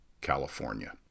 California